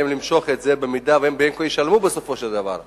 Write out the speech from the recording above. למשוך את זה אם הם בין כה וכה ישלמו בסופו של דבר,